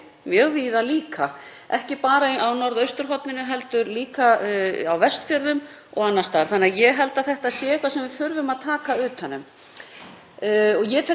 um. Ég tek alveg undir það að auðvitað þarf að huga að þessu öllu, örygginu og umhverfinu og öllu því. En þetta er í fyrsta lagi íþyngjandi, þetta akstursbann.